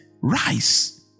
rice